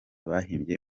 bahimbye